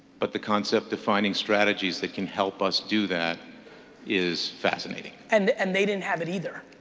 but the concept-defining strategies that can help us do that is fascinating and and they didn't have it either,